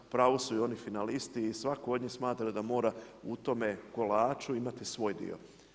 U pravu su i oni finalisti i svatko od njih smatra da mora u tome kolaču imati svoj dio.